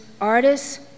artists